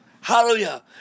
Hallelujah